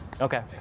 Okay